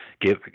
give